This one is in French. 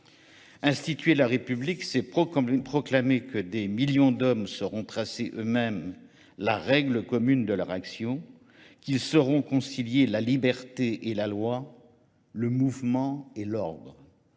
Instituer la République, c'est proclamer que des millions d'hommes seront tracés eux-mêmes la règle commune de leur action, qu'ils seront conciliés la liberté et la loi, le mouvement et l'ordre.